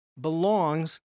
belongs